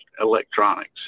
electronics